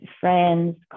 friends